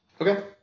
Okay